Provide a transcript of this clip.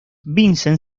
vincent